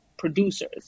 Producers